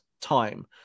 time